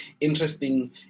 interesting